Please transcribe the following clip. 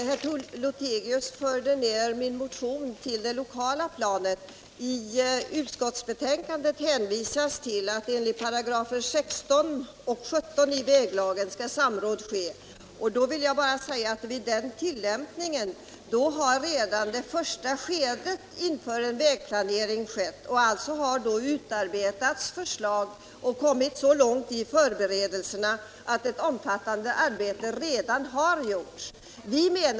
Herr talman! Herr Lothigius förde ned min motion till det lokala planet. I utskottet hänvisas till att samråd skall ske enligt 16 och 17 §§ väglagen. I och med en tillämpning av dessa paragrafer har redan det första skeendet inför en vägplanering påbörjats. Det har utarbetats förslag och man har kommit så långt i förberedelserna att ett omfattande arbete redan har gjorts.